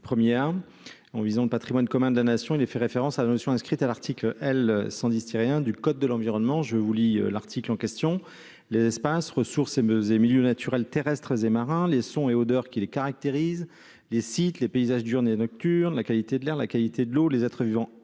1 A. En visant le « patrimoine commun de la Nation », il est fait référence à la notion inscrite à l'article L. 110-1 du code de l'environnement :« Les espaces, ressources et milieux naturels terrestres et marins, les sons et odeurs qui les caractérisent, les sites, les paysages diurnes et nocturnes, la qualité de l'air, la qualité de l'eau, les êtres vivants